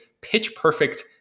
pitch-perfect